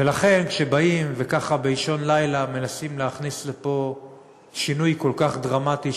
ולכן כשבאים וככה באישון לילה מנסים להכניס לפה שינוי כל כך דרמטי,